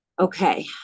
Okay